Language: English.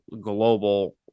global